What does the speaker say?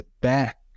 back